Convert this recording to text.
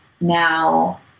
Now